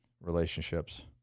relationships